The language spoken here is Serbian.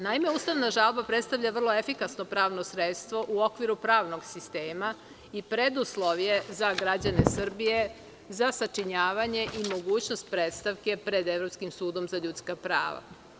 Naime, ustavna žalba predstavlja vrlo efikasno pravno sredstvo u okviru pravnog sistema i preduslov je za građane Srbije za sačinjavanje i mogućnost predstavke pred Evropskim sudom za ljudska prava.